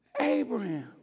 Abraham